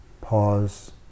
Pause